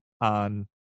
on